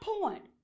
point